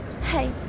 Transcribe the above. Hey